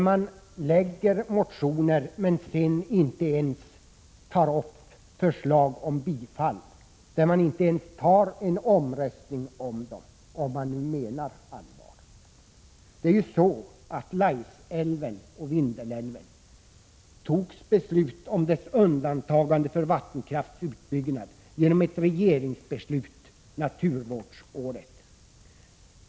Man yrkar alltså inte bifall till motionerna och än mindre begär man votering. När det gäller Laisälven och Vindelälven har beslut fattats om undantagande från vattenkraftsutbyggnad. Det skedde genom ett regeringsbeslut under naturvårdsåret.